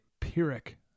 Pyrrhic